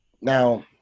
Now